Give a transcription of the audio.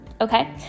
Okay